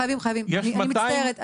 אני מצטערת.